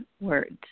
words